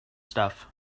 stuff